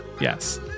yes